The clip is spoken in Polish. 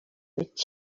być